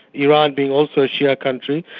iran being also a shia country.